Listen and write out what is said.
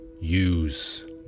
use